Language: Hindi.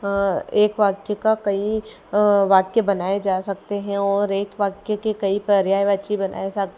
एक वाक्य का कई वाक्य बनाए जा सकते है और एक वाक्य के कई पर्यायवाची बना सकते है